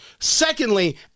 Secondly